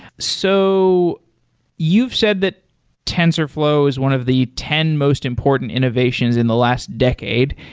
so you've said that tensorflow is one of the ten most important innovations in the last decade,